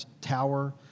tower